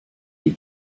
die